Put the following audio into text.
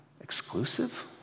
exclusive